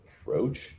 approach